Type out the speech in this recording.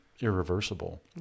irreversible